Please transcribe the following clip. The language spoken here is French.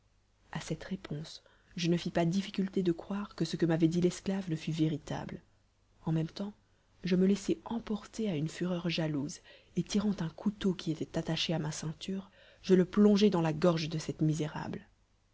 à cette réponse je ne fis pas difficulté de croire que ce que m'avait dit l'esclave ne fût véritable en même temps je me laissai emporter à une fureur jalouse et tirant un couteau qui était attaché à ma ceinture je le plongeai dans la gorge de cette misérable